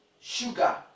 sugar